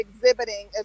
exhibiting